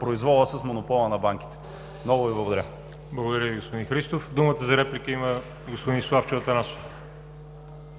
произвола с монопола на банките.“ Много Ви благодаря. ПРЕДСЕДАТЕЛ ВАЛЕРИ ЖАБЛЯНОВ: Благодаря Ви, господин Христов. Думата за реплика има господин Славчо Атанасов.